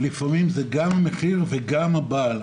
לפעמים זה גם מחיר וגם הבעל.